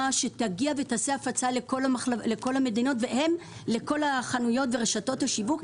שתעשה הפצה לכל המדינות ולכל החנויות ורשתות השיווק.